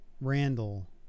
Randall